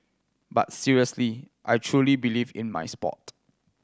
but seriously I truly believe in my sport